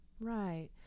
right